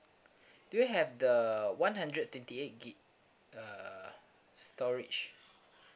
do you have the one hundred twenty eight gig uh storage